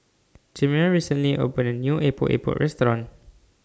Chimere recently opened A New Epok Epok Restaurant